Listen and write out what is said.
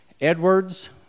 Edwards